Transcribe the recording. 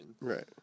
Right